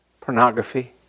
pornography